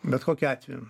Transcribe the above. bet kokiu atveju